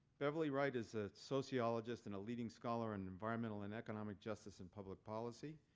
beverly wright is a sociologist and a leading scholar in environmental and economic justice and public policy.